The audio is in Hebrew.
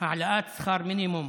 העלאת שכר מינימום